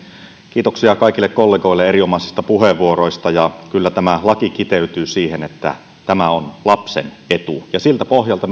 kiitoksia kaikille kollegoille erinomaisista puheenvuoroista kyllä tämä laki kiteytyy siihen että tämä on lapsen etu ja siltä pohjalta myös